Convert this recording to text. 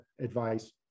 advice